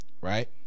Right